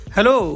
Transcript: Hello